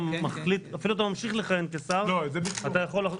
אפילו אתה ממשיך לכהן כשר --- את זה ביטלו.